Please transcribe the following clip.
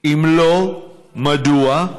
4. אם לא, מדוע?